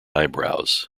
eyebrows